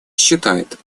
считает